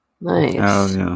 Nice